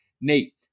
Nate